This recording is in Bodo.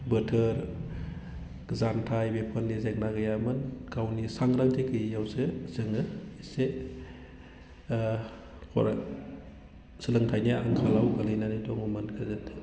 बोथोर जानथाय बेफोरनि जेंना गैयामोन गावनि सांग्रांथि गैयियावसो जोङो एसे फराय सोलोंथाइनि आंखालाव गोग्लैनानै दङमोन गोदो